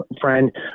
friend